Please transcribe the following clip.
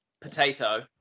potato